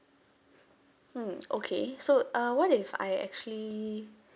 hmm okay so uh what if I actually